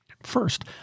First